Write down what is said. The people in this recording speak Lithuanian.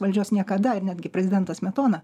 valdžios niekada ir netgi prezidentas smetona